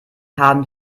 haben